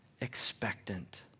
expectant